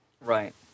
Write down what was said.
Right